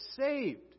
saved